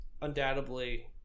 undoubtedly